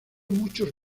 muchos